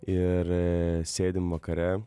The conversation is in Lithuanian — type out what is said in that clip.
ir sėdim vakare